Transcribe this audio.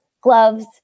gloves